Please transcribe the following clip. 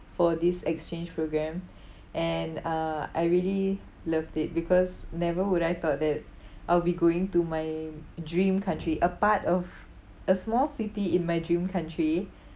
for this exchange programme and uh I really loved it because never would I thought that I'll be going to my dream country a part of a small city in my dream country